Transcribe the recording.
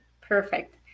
Perfect